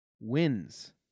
wins